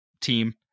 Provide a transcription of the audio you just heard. team